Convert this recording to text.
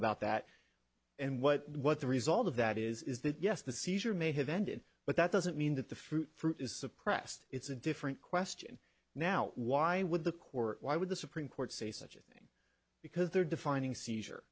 about that and what what the result of that is is that yes the seizure may have ended but that doesn't mean that the fruit is suppressed it's a different question now why would the court why would the supreme court say such a thing because they're defining seizure